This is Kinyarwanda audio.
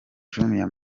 jumia